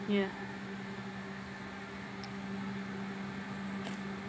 yeah